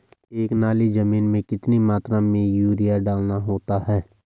एक नाली जमीन में कितनी मात्रा में यूरिया डालना होता है?